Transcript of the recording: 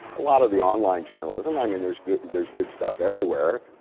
a lot of the online journalism, i mean there's good there's good stuff everywhere,